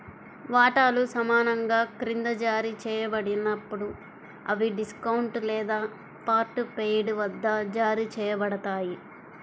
వాటాలు సమానంగా క్రింద జారీ చేయబడినప్పుడు, అవి డిస్కౌంట్ లేదా పార్ట్ పెయిడ్ వద్ద జారీ చేయబడతాయి